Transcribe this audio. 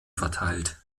verteilt